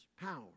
power